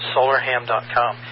Solarham.com